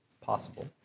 possible